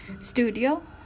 studio